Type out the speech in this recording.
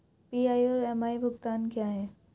PI और MI भुगतान क्या हैं?